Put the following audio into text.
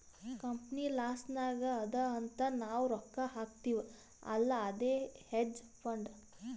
company loss ನಾಗ್ ಅದಾ ಅಂತ್ ನಾವ್ ರೊಕ್ಕಾ ಹಾಕ್ತಿವ್ ಅಲ್ಲಾ ಅದೇ ಹೇಡ್ಜ್ ಫಂಡ್